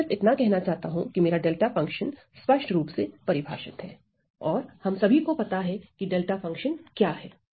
तो मैं सिर्फ इतना कहना चाहता हूं कि मेरा डेल्टा फंक्शन स्पष्ट रूप से परिभाषित है और हम सभी को पता है की डेल्टा फंक्शन क्या है